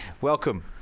welcome